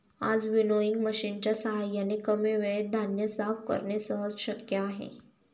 आज विनोइंग मशिनच्या साहाय्याने कमी वेळेत धान्य साफ करणे सहज शक्य आहे